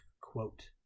quote